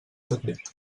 decret